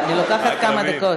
אני לוקחת כמה דקות.